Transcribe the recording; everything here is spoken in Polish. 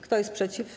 Kto jest przeciw?